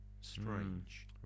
Strange